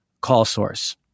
CallSource